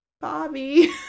bobby